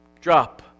Drop